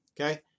Okay